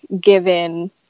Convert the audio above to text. given